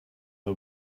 her